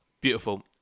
Beautiful